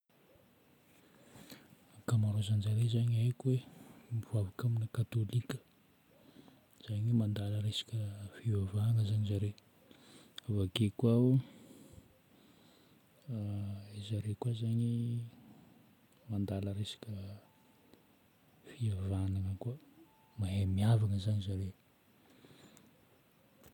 Ankamarozan-jare zagny haiko hoe mivavaka amina katôlika. Zagny hoe mandala resaka fivavahagna zagny zare. Avake koa, zare koa zagny mandala resaka fihavagnana ihany koa. Mahay mihavana zagny zare.